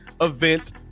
event